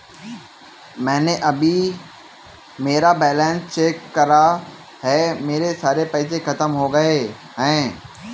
मैंने अभी मेरा बैलन्स चेक करा है, मेरे सारे पैसे खत्म हो गए हैं